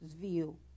view